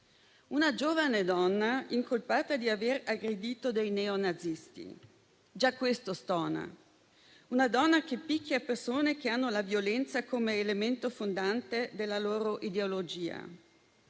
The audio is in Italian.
Una giovane donna è incolpata di aver aggredito dei neonazisti: già questo stona. Una donna che picchia persone che hanno la violenza come elemento fondante della loro ideologia,